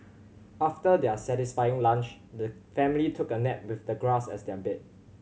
after their satisfying lunch the family took a nap with the grass as their bed